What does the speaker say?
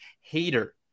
hater